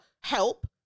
help